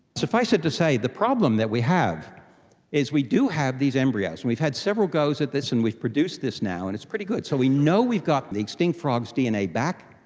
suffice it to say, the problem that we have is we do have these embryos. and we've had several goes at this and we've produced this now and it's pretty good, so we know we've got the extinct frogs' dna back,